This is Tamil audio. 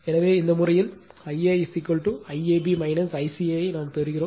எனவே இந்த முறையில் Ia IAB ICA ஐ நாம் அறிவோம்